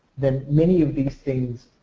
then many of these things